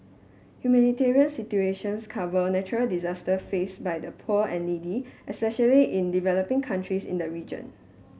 humanitarian situations cover natural disaster faced by the poor and needy especially in developing countries in the region